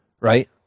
right